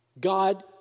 God